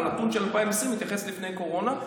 הנתון של 2020 מתייחס ללפני הקורונה.